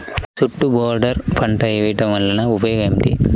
చుట్టూ బోర్డర్ పంట వేయుట వలన ఉపయోగం ఏమిటి?